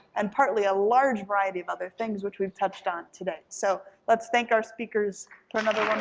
and partly a large variety of other things which we've touched on today. so let's thank our speakers for another